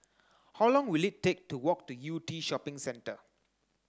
how long will it take to walk to Yew Tee Shopping Centre